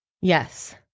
yes